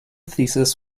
thesis